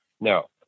no